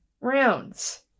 rounds